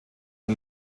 der